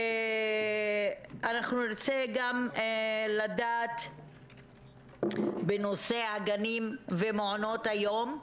אנחנו נרצה גם לדעת בנושא הגנים ומעונות היום.